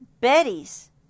Betty's